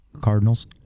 Cardinals